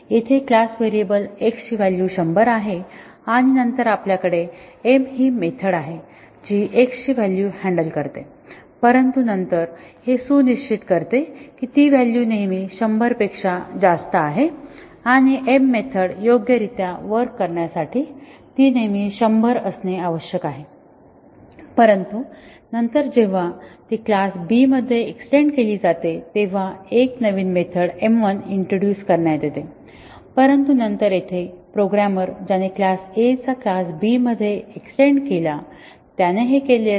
येथे class variable x ची value 100 आहे आणि नंतर आपल्याकडे m हि मेथड आहे जी x ची व्हॅलू हॅण्डल करते परंतु नंतर हे सुनिश्चित करते की ती व्हॅलू नेहमी 100 पेक्षा जास्त आहे आणि m मेथड योग्यरित्या वर्क करण्यासाठी ती नेहमी 100 असणे आवश्यक आहे परंतु नंतर जेव्हा ती क्लास B मध्ये एक्सटेन्ड केली जाते तेव्हा एक नवीन मेथड m1 इंट्रोड्यूस करण्यात येते परंतु नंतर येथे प्रोग्रामर ज्याने क्लास A चा क्लास B मध्ये एक्सटेन्ड केला त्याने हे केले असावे